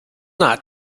not